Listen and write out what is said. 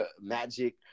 Magic